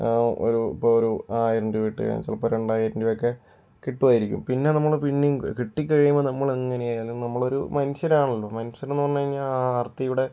ഇപ്പോൾ ഒരു ഇപ്പോൾ ഒരു ആയിരം രൂപ ഇട്ട് കഴിഞ്ഞാൽ ചിലപ്പോൾ രണ്ടായിരം രൂപയൊക്കെ കിട്ടുമായിരിക്കും പിന്നെ നമ്മൽ പിന്നെ കിട്ടിക്കഴിയുമ്പോൾ നമ്മൾ എങ്ങനെയായാലും നമ്മൾ ഒരു മനുഷ്യരാണല്ലോ മനുഷ്യൻ എന്ന് പറഞ്ഞു കഴിഞ്ഞാൽ ആർത്തിയുടെ